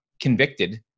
convicted